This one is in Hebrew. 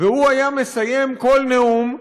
והוא היה מסיים כל נאום,